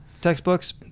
textbooks